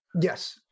Yes